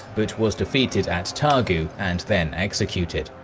but was defeated at targu, and then executed.